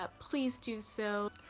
but please do so.